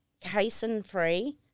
casein-free